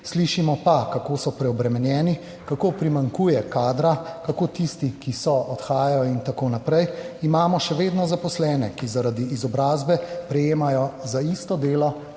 slišimo pa, kako so preobremenjeni, kako primanjkuje kadra, kako tisti, ki so, odhajajo in tako naprej, imamo še vedno zaposlene, ki zaradi izobrazbe prejemajo za isto delo